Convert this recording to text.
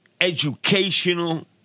educational